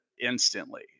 instantly